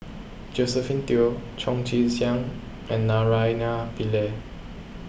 Josephine Teo Chong Tze Chien and Naraina Pillai